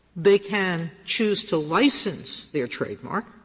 they can choose to license their trademark